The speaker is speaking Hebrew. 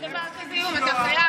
אתם צריכים, אין דבר כזה איום, אתה חייב.